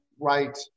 right